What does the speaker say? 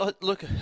look